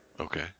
Okay